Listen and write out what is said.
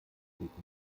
steht